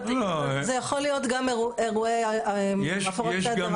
זה יכול להיות גם אירועי הפרות סדר,